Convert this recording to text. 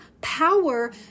power